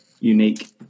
unique